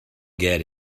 get